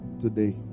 Today